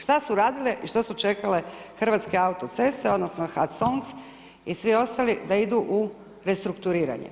Šta su radile i šta su čekale Hrvatske autoceste, odnosno HAC ONC, i svi ostali da idu u restrukturiranje.